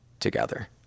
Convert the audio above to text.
together